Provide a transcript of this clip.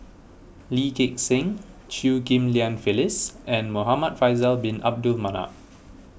Lee Gek Seng Chew Ghim Lian Phyllis and Muhamad Faisal Bin Abdul Manap